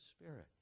Spirit